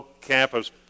campus